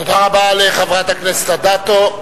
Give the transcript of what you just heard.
תודה רבה לחברת הכנסת אדטו.